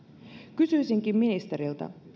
kysyisinkin ministeriltä